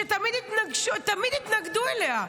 שתמיד התנגדו אליה.